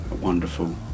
wonderful